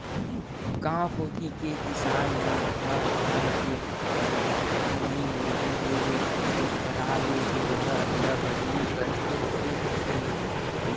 गांव कोती के किसान मन ह धान के परजाति नइ रेहे ले एक दूसर करा ले बीजहा अदला बदली करके के फसल लेथे